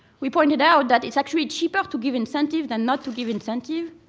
we pointed out that it's actually cheaper to give incentive than not to give incentive.